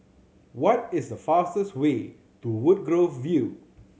what is the fastest way to Woodgrove View